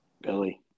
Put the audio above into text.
Billy